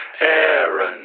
Aaron